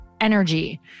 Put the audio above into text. energy